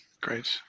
Great